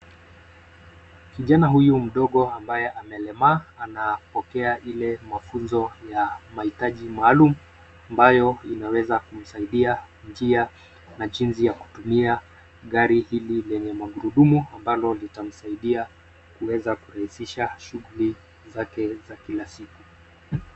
Kijana huyu mdogo ambaye amelemaa anapokea ile mafunzo ya mahitaji maalum ambayo inaweza kumsaidia njia na jinsi ya kutumia gari hili lenye magurudumu ambalo litamsaidia kurahisisha shuguli zake za kila siku.